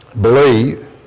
Believe